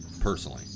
personally